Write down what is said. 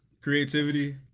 Creativity